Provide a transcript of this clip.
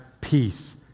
peace